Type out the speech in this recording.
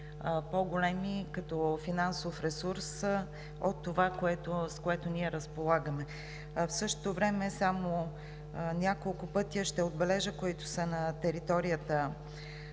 по-големи като финансов ресурс от това, с което ние разполагаме. В същото време ще отбележа само няколко пътя, които са на територията